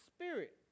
Spirit